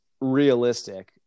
realistic